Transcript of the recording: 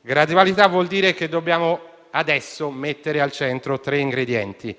Gradualità vuol dire che adesso dobbiamo mettere al centro tre ingredienti: